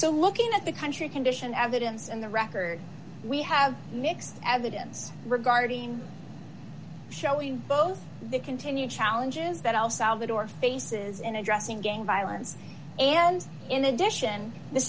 so looking at the country condition evidence in the record we have mixed evidence regarding showing both the continue challenges that el salvador faces in addressing gang violence and in addition the